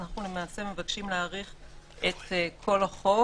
אנחנו למעשה מבקשים להאריך את כל החוק